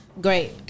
great